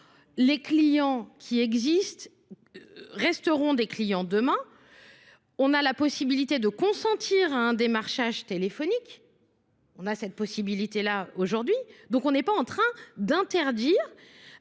Les clients qui existent resteront des clients demain. On a la possibilité de consentir à un démarchage téléphonique. On a cette possibilité-là aujourd'hui. Donc on n'est pas en train d'interdire